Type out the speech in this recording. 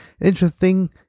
interesting